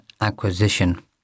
acquisition